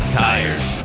tires